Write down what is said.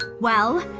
well,